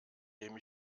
dem